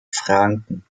franken